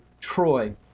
Troy